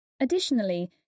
Additionally